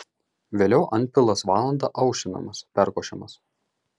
vėliau antpilas valandą aušinamas perkošiamas